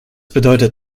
bedeutet